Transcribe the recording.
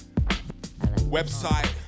website